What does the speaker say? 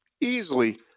Easily